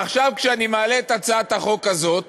עכשיו, כשאני מעלה את הצעת החוק הזאת,